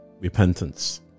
Repentance